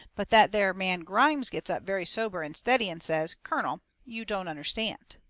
but that there man grimes gets up very sober and steady and says colonel, you don't understand.